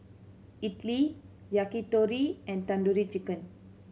Idili Yakitori and Tandoori Chicken